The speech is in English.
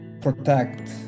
protect